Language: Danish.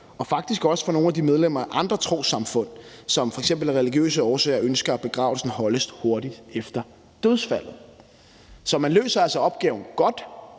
og faktisk også for nogle af de medlemmer af andre trossamfund, som f.eks. af religiøse årsager ønsker, at begravelsen holdes hurtigt efter dødsfaldet. Så man løser altså opgaven godt,